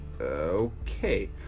Okay